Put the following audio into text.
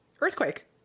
earthquake